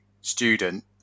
student